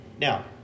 Now